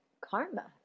karma